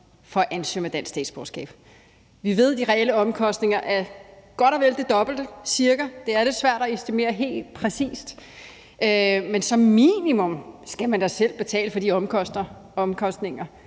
for at ansøge om et dansk statsborgerskab. Vi ved, at de reelle omkostninger er godt og vel det dobbelte cirka; det er lidt svært at estimere helt præcist. Men som minimum skal man da selv betale for de omkostninger,